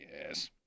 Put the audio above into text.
Yes